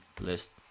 list